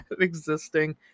existing